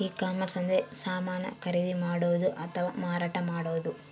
ಈ ಕಾಮರ್ಸ ಅಂದ್ರೆ ಸಮಾನ ಖರೀದಿ ಮಾಡೋದು ಮತ್ತ ಮಾರಾಟ ಮಾಡೋದು